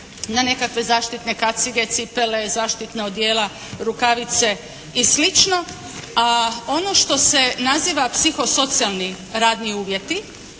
na nekakve zaštitne kacige, cipele, zaštita odjela, rukavice i slično. A ono što se naziva psihosocijalni radni uvjeti